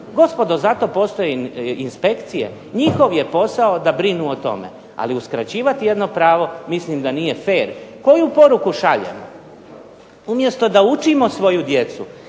gospodo za to postoje inspekcije. Njihov je posao da brinu o tome, ali uskraćivati jedno pravo mislim da nije fer. Koju poruku šaljemo? Umjesto da učimo svoju djecu